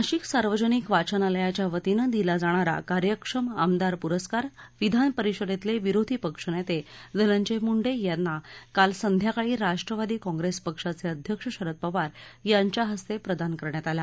नाशिक सार्वजनिक वाचनालयाच्या वतीनं दिला जाणारा कार्यक्षम आमदार पुरस्कार विधान परिषदेतले विरोधी पक्षनेते धनंजय मूंडे यांना काल संध्याकाळी राष्ट्रवादी काँगेस पक्षाचे अध्यक्ष शरद पवार यांच्या हस्ते प्रदान करण्यात आला